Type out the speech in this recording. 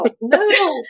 no